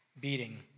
beating